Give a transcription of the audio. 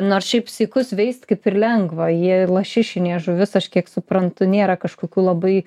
nors šiaip sykus veist kaip ir lengva ji lašišinė žuvis aš kiek suprantu nėra kažkokių labai